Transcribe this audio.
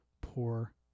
poor